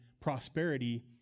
prosperity